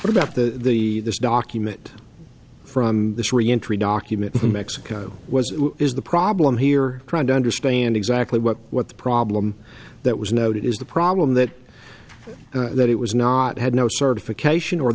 what about the this document from this reentry document to mexico was is the problem here trying to understand exactly what what the problem that was noted is the problem that that it was not had no certification or